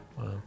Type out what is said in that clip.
Wow